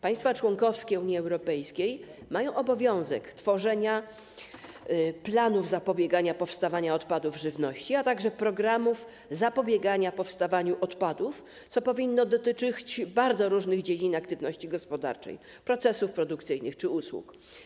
Państwa członkowskie Unii Europejskiej mają obowiązek tworzenia planów zapobiegania powstawaniu odpadów żywności, a także programów zapobiegania powstawaniu odpadów, co powinno dotyczyć bardzo różnych dziedzin aktywności gospodarczej, procesów produkcyjnych czy usług.